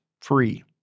free